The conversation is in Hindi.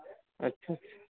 अच्छा अच्छा